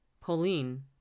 Pauline